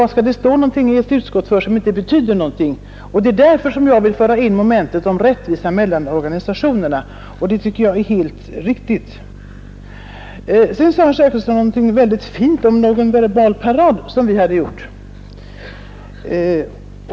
Varför skall det stå en sak i ett utskottsbetänkande som inte betyder någonting? Jag vill föra in momentet om rättvisa mellan organisationerna, och det tycker jag är helt riktigt. Herr Zachrisson sade någonting väldigt fint om en verbal parad som vi hade gjort.